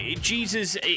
Jesus